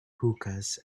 hookahs